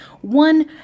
one